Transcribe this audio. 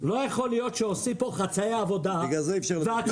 לא יכול להיות שעושים פה חצאי עבודה והכותרת